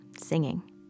singing